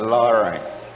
Lawrence